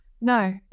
No